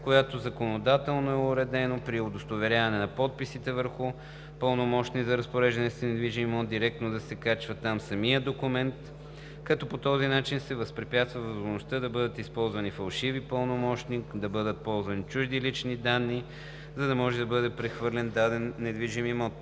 която законодателно е уредено при удостоверяване на подписите върху пълномощни за разпореждане с недвижим имот, там директно да се качва самият документ. По този начин се възпрепятства възможността да бъдат използвани фалшиви пълномощни, да бъдат ползвани чужди лични данни, за да може да бъде прехвърлен даден недвижим имот.